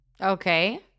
Okay